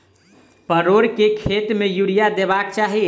परोर केँ खेत मे यूरिया देबाक चही?